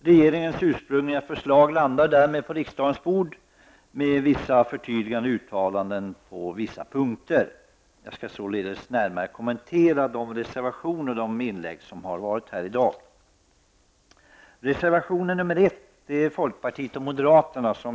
Regeringens ursprungliga förslag landar därmed på riksdagens bord med förtydligade uttalanden på vissa punkter. Jag skall således närmare kommentera de reservationer som har tagits upp i inläggen här i dag.